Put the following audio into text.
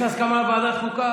יש הסכמה על ועדת החוקה?